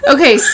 Okay